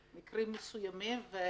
מסוימים,